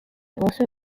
also